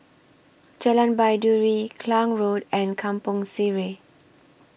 Jalan Baiduri Klang Road and Kampong Sireh